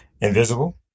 Invisible